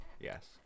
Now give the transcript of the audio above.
Yes